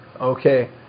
Okay